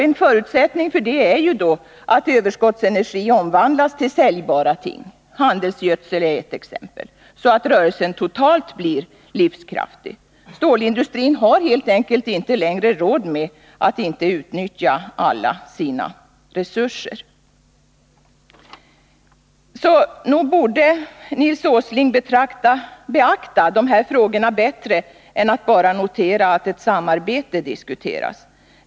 En förutsättning för industrins överlevnad är att överskottsenergin omvandlas till säljbara ting, handelsgödsel är ett sådant exempel, så att rörelsen totalt blir livskraftig. Stålindustrin har helt enkelt inte längre råd med att inte utnyttja alla sina resurser. Nog borde Nils Åsling beakta dessa frågor bättre än att bara notera att ett samarbete diskuteras.